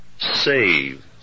save